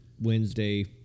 Wednesday